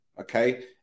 Okay